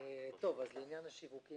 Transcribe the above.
טוב, אז לעניין השיווקים.